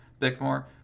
Bickmore